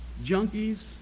junkies